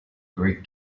great